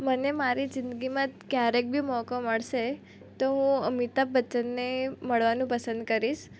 મને મારી જીંદગીમાં ક્યારેક બી મોકો મળશે તો હું અમિતાભ બચ્ચનને મળવાનું પસંદ કરીશ